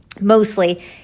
mostly